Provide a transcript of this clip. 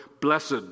blessed